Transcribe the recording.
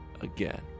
again